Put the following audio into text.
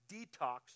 detox